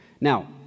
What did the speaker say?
Now